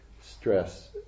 stress